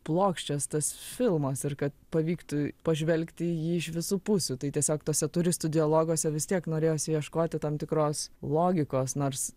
plokščias tas filmas ir kad pavyktų pažvelgti į jį iš visų pusių tai tiesiog tuose turistų dialoguose vis tiek norėjosi ieškoti tam tikros logikos nors